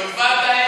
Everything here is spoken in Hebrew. יטבתה,